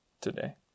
today